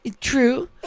True